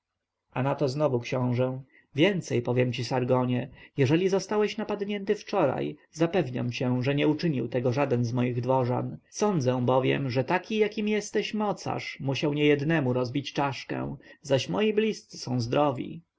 na to znowu książę więcej powiem ci sargonie jeżeli zostałeś napadnięty wczoraj zapewniam cię że nie uczynił tego żaden z moich dworzan sądzę bowiem że taki jakim jesteś mocarz musiał niejednemu rozbić czaszkę zaś moi bliscy są zdrowi